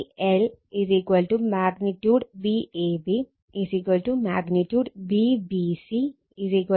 VL |Vab| |Vbc| |Vca| ആണ്